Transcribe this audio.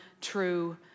true